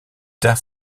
tard